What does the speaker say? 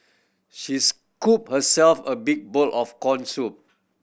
she scooped herself a big bowl of corn soup